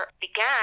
began